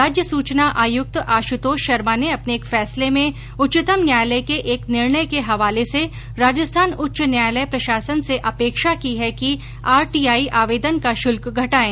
राज्य सूचना आयुक्त आशुतोष शर्मा ने अपने एक फैसले में उच्चतम न्यायालय के एक निर्णय के हवाले से राजस्थान उच्च न्यायालय प्रशासन से अपेक्षा की है कि आरटीआई आवेदन का शुल्क घटायें